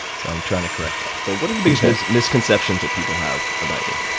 so i'm trying to correct that. but what are the biggest biggest misconceptions that people have about you?